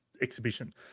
Exhibition